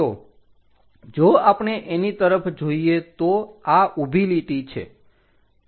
તો જો આપણે એની તરફ જોઈએ તો આ ઊભી લીટી છે